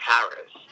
Paris